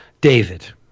David